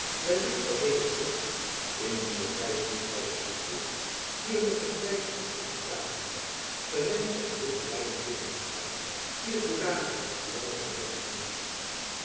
wellicht zoû deze soort indien de prijs niet al te hoog is hier mettertijd als lichte tafelwijn de rynsche en witte wijnen kunnen vervangen wier hoedanigheid hoe langer hoe meer vermindert